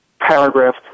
paragraph